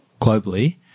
globally